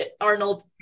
Arnold